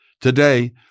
Today